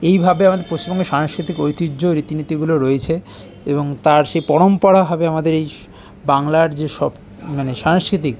এইভাবে আমাদের পশ্চিমবঙ্গের সাংস্কৃতিক ঐতিহ্য রীতিনীতিগুলো রয়েছে এবং তার সে পরম্পরাভাবে আমাদের এই বাংলার যেসব মানে সাংস্কৃতিক